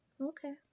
Okay